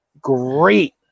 great